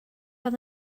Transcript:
oedd